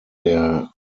der